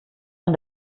von